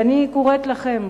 אז אני קוראת לכם,